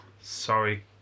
Sorry